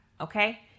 okay